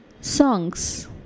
Songs